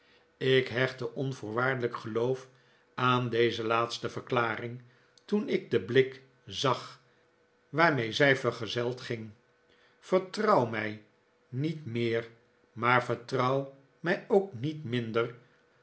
ik hechtte onvoorwaardelijk geloof aan deze laatste verklaring toen ik den blik zag waarmee zij vergezeld ging vertrouw mij niet meer maar vertrouw mij ook niet minder